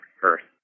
first